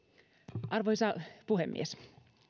arvoisa puhemies